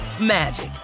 magic